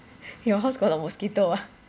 your house got a mosquito ah